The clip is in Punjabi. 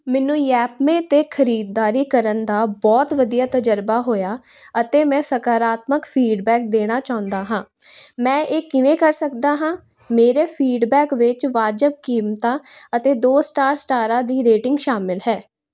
ਮੈਨੂੰ ਯੈਪਮੇ 'ਤੇ ਖਰੀਦਦਾਰੀ ਕਰਨ ਦਾ ਬਹੁਤ ਵਧੀਆ ਤਜ਼ਰਬਾ ਹੋਇਆ ਅਤੇ ਮੈਂ ਸਕਾਰਾਤਮਕ ਫੀਡਬੈਕ ਦੇਣਾ ਚਾਹੁੰਦਾ ਹਾਂ ਮੈਂ ਇਹ ਕਿਵੇਂ ਕਰ ਸਕਦਾ ਹਾਂ ਮੇਰੇ ਫੀਡਬੈਕ ਵਿੱਚ ਵਾਜਬ ਕੀਮਤਾਂ ਅਤੇ ਦੋ ਸਟਾਰ ਸਟਾਰਾਂ ਦੀ ਰੇਟਿੰਗ ਸ਼ਾਮਿਲ ਹੈ